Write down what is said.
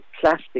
plastic